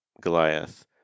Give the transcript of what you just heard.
Goliath